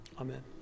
Amen